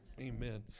amen